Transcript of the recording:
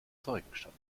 zeugenstand